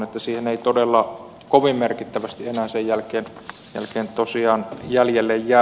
siihen ei todella kovin merkittävästi enää sen jälkeen tosiaan jäljelle jää